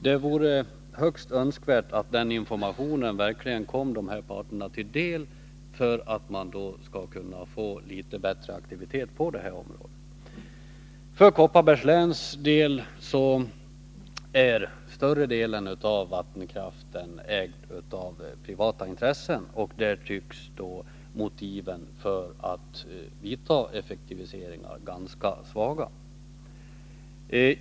Det vore högst önskvärt att information om detta verkligen kommer dessa parter till del, för att man skall kunna få litet bättre aktivitet på området. I Kopparbergs län ägs större delen av vattenkraften av privata intressen, och där tycks motiven för att vidta effektiviseringar vara ganska svaga.